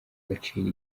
gaciro